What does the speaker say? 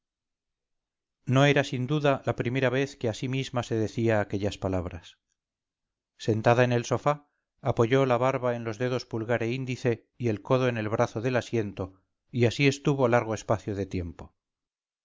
no era sin duda la primera vez que a sí misma se decía aquellas palabras sentada en el sofá apoyó la barba en los dedos pulgar e índice y el codo en el brazo del asiento y así estuvo largo espacio de tiempo